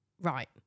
right